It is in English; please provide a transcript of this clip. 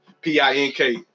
P-I-N-K